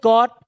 God